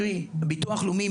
קרי ביטוח לאומי,